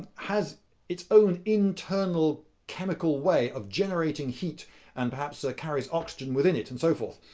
has its own internal chemical way of generating heat and perhaps ah carries oxygen within it, and so forth.